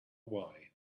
why